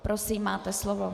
Prosím, máte slovo.